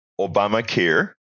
Obamacare